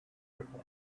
quickly